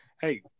Hey